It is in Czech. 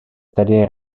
tedy